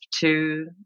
two